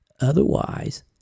Otherwise